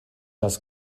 das